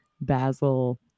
Basil